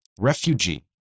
refugee